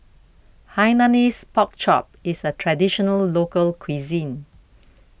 Hainanese Pork Chop is a Traditional Local Cuisine